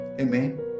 Amen